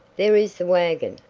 there is the wagon!